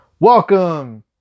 welcome